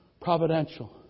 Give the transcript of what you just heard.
Providential